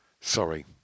sorry